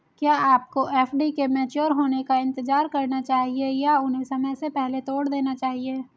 क्या आपको एफ.डी के मैच्योर होने का इंतज़ार करना चाहिए या उन्हें समय से पहले तोड़ देना चाहिए?